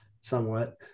somewhat